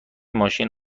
ماشین